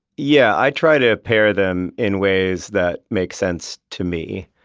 yeah. i try to pair them in ways that make sense to me.